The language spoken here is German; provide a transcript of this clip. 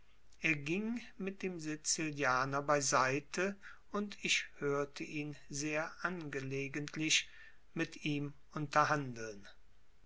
er ging mit dem sizilianer beiseite und ich hörte ihn sehr angelegentlich mit ihm